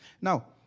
Now